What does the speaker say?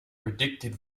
predicted